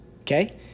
Okay